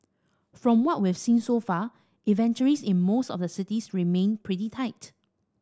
from what we've seen so far inventories in most of the cities remain pretty tight